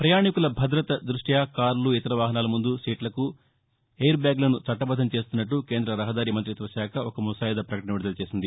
ప్రపయాణీకుల భద్రతదృష్ణు కార్లు ఇతర వాహనాల ముందు సీట్లకు ఎయిర్ బ్యాగులను చట్టబద్దం చేస్తున్నట్ల కేంద్ర రహదారి మంతిత్వ శాఖ ఒక ముసాయిదా ప్రకటన విడుదలచేసింది